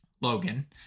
Logan